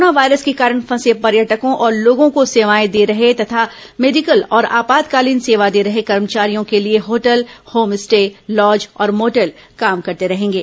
corona virus के कारण फंसे पर्यटकों और लोगों को सेवाएं दे रहे तथा मेडिकल और आपातकालीन सेवा दे रहे कर्मचारियों के लिए होटल होम स्टे लॉज और मोटल काम करते रहेंगे